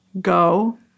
go